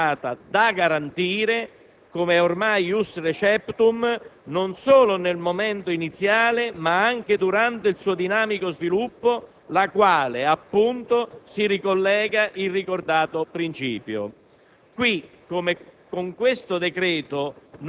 connesso alla libertà di iniziativa economica privata, da garantire, come è ormai *jus receptum*, non solo nel momento iniziale, ma anche durante il suo dinamico sviluppo, al quale appunto, si ricollega il ricordato principio».